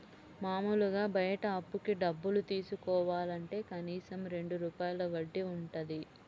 మాములుగా బయట అప్పుకి డబ్బులు తీసుకోవాలంటే కనీసం రెండు రూపాయల వడ్డీ వుంటది